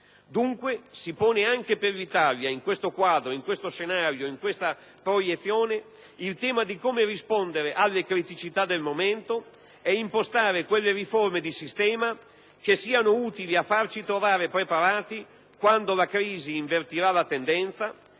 Dunque, si pone anche per l'Italia, in questo quadro, in questo scenario, in questa proiezione, il tema di come rispondere alle criticità del momento e impostare quelle riforme di sistema che siano utili a farci trovare preparati quando la crisi invertirà la tendenza